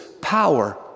power